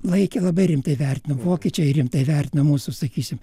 laikė labai rimtai vertino vokiečiai rimtai vertino mūsų sakysim